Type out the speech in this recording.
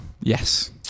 Yes